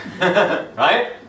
right